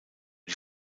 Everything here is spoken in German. die